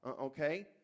okay